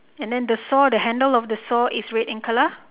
and then the saw the handle of the saw is red in colour